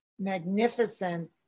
magnificent